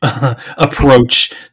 approach